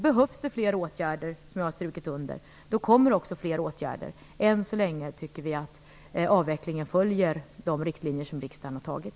Jag har strukit under att om det behövs fler åtgärder kommer också fler åtgärder att vidtas. Än så länge anser vi att avvecklingen följer de riktlinjer som riksdagen har antagit.